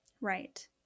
Right